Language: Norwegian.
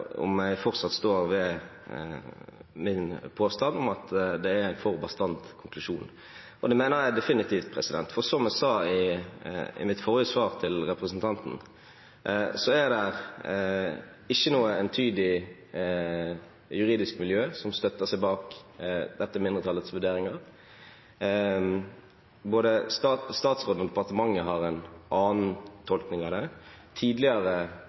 om jeg fortsatt står ved min påstand om at det er en for bastant konklusjon. Det mener jeg definitivt, for som jeg sa i mitt forrige svar til representanten Lundteigen, er det ikke noe entydig juridisk miljø som støtter dette mindretallets vurderinger. Både statsråden og departementet har en annen tolkning av dette. Tidligere